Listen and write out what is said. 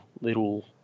little